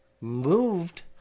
moved